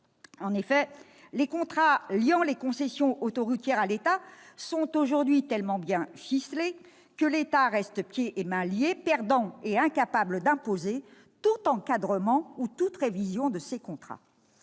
En effet, les contrats liant les concessions autoroutières à l'État sont aujourd'hui tellement bien ficelés que l'État reste pieds et mains liés, perdant et incapable d'imposer tout encadrement ou toute révision de ces contrats.